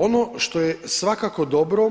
Ono što je svakako dobro